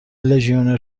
لژیونر